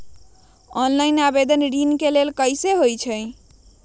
Online आवेदन ऋन के लिए कैसे हुई?